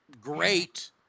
great